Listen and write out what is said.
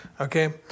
Okay